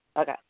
Okay